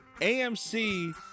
AMC